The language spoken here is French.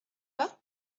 pas